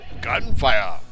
Gunfire